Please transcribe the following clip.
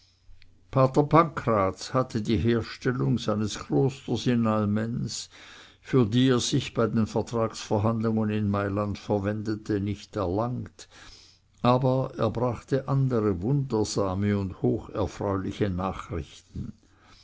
hatte die herstellung seines klosters in almens für die er sich bei den vertragsverhandlungen in malland verwendete nicht erlangt aber er brachte andere wundersame und hocherfreuliche nachrichten